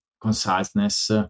conciseness